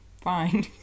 fine